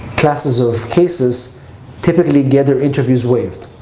classes of cases typically get their interviews waived.